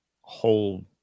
whole